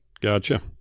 Gotcha